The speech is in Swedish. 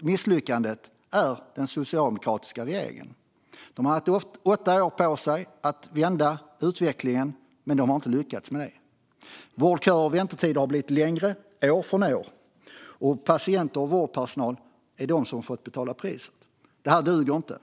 misslyckande har den socialdemokratiska regeringen, som har haft åtta år på sig att vända utvecklingen utan att lyckas. Vårdköer och väntetider har blivit längre år för år, och patienter och vårdpersonal är de som har fått betala priset. Det här duger inte.